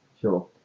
Sure